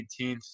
18th